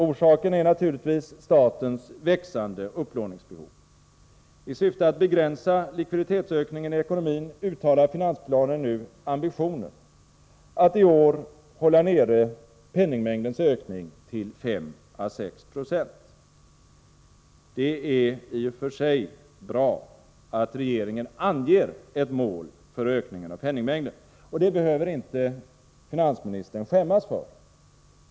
Orsaken är naturligtvis statens växande upplåningsbehov. I syfte att begränsa likviditetsökningen i ekonomin uttalar finansplanen nu ambitionen att i år hålla nere penningmängdens ökning till 5 å 6 90. Det är i och för sig bra att regeringen anger ett mål för ökningen av penningmängden. Det behöver inte finansministern skämmas för.